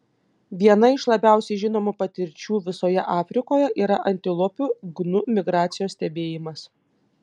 viena iš labiausiai žinomų patirčių visoje afrikoje yra antilopių gnu migracijos stebėjimas